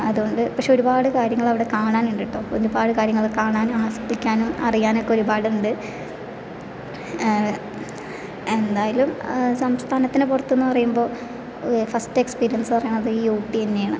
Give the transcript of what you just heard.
അതുകൊണ്ട് പക്ഷെ ഒരുപാട് കാര്യങ്ങൾ അവിടെ കാണാൻ ഉണ്ട് കേട്ടോ ഒരുപാട് കാര്യങ്ങൾ കാണാനും ആസ്വദിക്കാനും അറിയാനും ഒക്കെ ഒരുപാടുണ്ട് എന്തായാലും സംസ്ഥാനത്തിന് പുറത്ത് എന്ന് പറയുമ്പോൾ ഫസ്റ്റ് എക്സ്പീരിയൻസ് പറയണത് ഈ ഊട്ടി തന്നെയാണ്